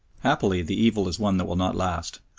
happily the evil is one that will not last.